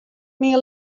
myn